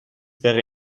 wäre